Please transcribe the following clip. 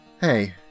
Hey